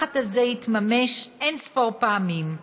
הפחד הזה התממש אין-ספור פעמים,